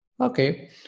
Okay